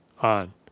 on